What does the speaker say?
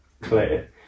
clear